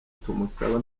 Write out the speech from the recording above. tumusaba